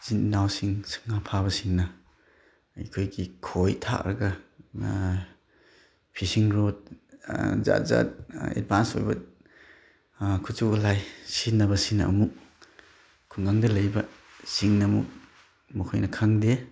ꯏꯆꯤꯟ ꯏꯅꯥꯎꯁꯤꯡ ꯉꯥ ꯐꯥꯕꯁꯤꯡꯅ ꯑꯩꯈꯣꯏꯒꯤ ꯈꯣꯏ ꯊꯥꯛꯂꯒ ꯉꯥ ꯐꯤꯁꯤꯡ ꯔꯣꯠ ꯖꯥꯠ ꯖꯥꯠ ꯑꯦꯠꯚꯥꯟꯁ ꯑꯣꯏꯕ ꯈꯨꯠꯁꯨ ꯈꯨꯂꯥꯏ ꯁꯤꯖꯤꯟꯅꯕꯁꯤꯅ ꯑꯃꯨꯛ ꯈꯨꯡꯒꯪꯗ ꯂꯩꯕ ꯁꯤꯡꯅꯃꯨꯛ ꯃꯈꯣꯏꯅ ꯈꯪꯗꯦ